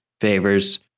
Favors